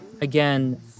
again